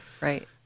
right